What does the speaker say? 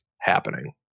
happening